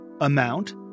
amount